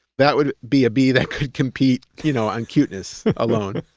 that would be a bee that could compete you know on cuteness alone